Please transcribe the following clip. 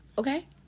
Okay